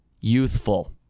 youthful